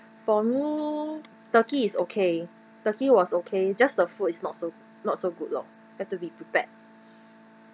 for me turkey is okay turkey was okay just the food is not so not so good lor have to be prepared